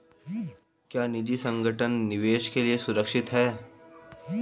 क्या निजी संगठन निवेश के लिए सुरक्षित हैं?